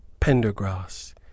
Pendergrass